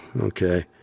okay